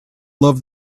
loved